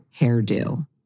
hairdo